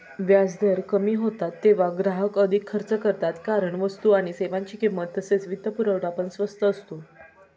व्याजदर कमी होतात तेव्हा ग्राहक अधिक खर्च करतात कारण वस्तू आणि सेवांची किंमत तसेच वित्तपुरवठा पण स्वस्त असतो